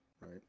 right